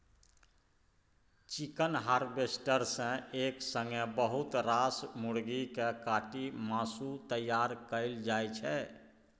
chicken harvester सँ एक संगे बहुत रास मुरगी केँ काटि मासु तैयार कएल जाइ छै